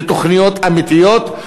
ותוכניות אמיתיות.